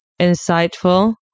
insightful